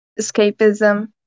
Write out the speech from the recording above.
escapism